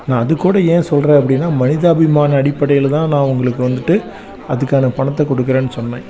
நான் அது கூட ஏன் சொல்கிறேன் அப்படின்னா மனிதாபிமான அடிப்படையில் தான் நான் உங்களுக்கு வந்துட்டு அதுக்கான பணத்தை கொடுக்குறேன்னு சொன்னேன்